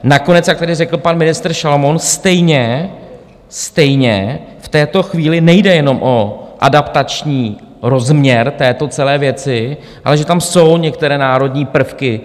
Nakonec, jak tady řekl pan ministr Šalomoun, stejně v této chvíli nejde jenom o adaptační rozměr této celé věci, ale že tam jsou některé národní prvky.